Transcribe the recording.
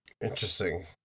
Interesting